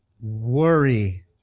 worry